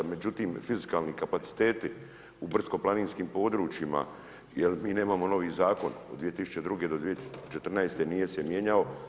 Međutim, fizikalni kapaciteti u brdsko-planinskim područjima jer mi nemamo novi zakon, Od 2002. do 2014. nije se mijenjao.